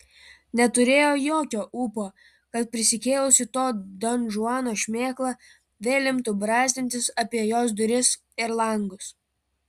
neturėjo jokio ūpo kad prisikėlusi to donžuano šmėkla vėl imtų brazdintis apie jos duris ir langus